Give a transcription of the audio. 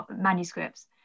manuscripts